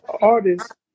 artists